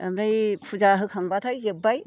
ओमफ्राय फुजा होखांब्लाथाय जोबबाय